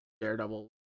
Daredevil